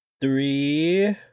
three